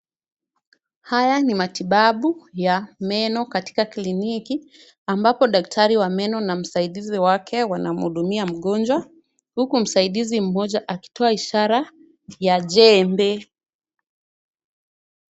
Haya ni matibabu ya meno katika kliniki, ambapo daktari wa meno na msaidizi wake wanamhudumia mgonjwa, huku msaidizi mmoja akitoa ishara ya jembe.